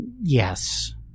Yes